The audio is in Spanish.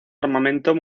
armamento